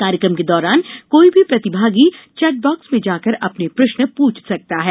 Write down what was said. कार्यक्रम के दौरान कोई भी प्रतिभागी चेटबॉक्स में जाकर अपने प्रश्न पूछ सकता है